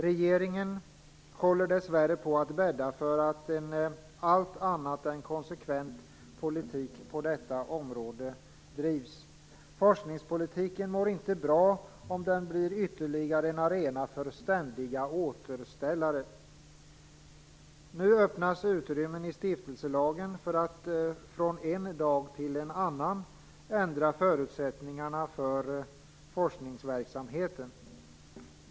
Regeringen håller dessvärre på att bädda för en allt annat än konsekvent politik på detta område. Forskningspolitiken mår inte bra om den blir ytterligare en arena för ständiga återställare. Nu öppnas utrymmen i stiftelselagen för att från en dag till en annan ändra förutsättningarna för forskningsverksamheten.